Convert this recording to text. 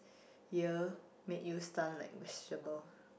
year made you stun like vegetable